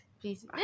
please